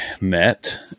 met